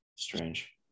Strange